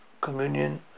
Communion